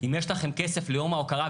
אם יש לכם ליום ההוקרה,